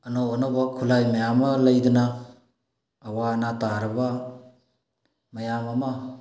ꯑꯅꯧ ꯑꯅꯧꯕ ꯈꯨꯠꯂꯥꯏ ꯃꯌꯥꯝ ꯑꯃ ꯂꯩꯗꯅ ꯑꯋꯥ ꯑꯅꯥ ꯇꯥꯔꯕ ꯃꯌꯥꯝ ꯑꯃ